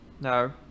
No